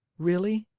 really,